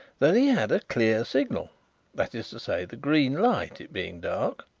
that he had a clear signal that is to say, the green light, it being dark.